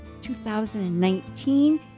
2019